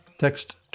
Text